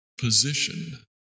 position